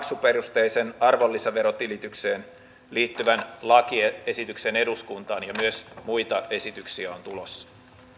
maksuperusteiseen arvonlisäverotilitykseen liittyvän lakiesityksen eduskuntaan ja myös muita esityksiä on tulossa